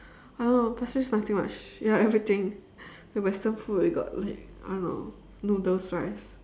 I don't know pasir-ris nothing much ya everything the western food I got like I don't know noodles rice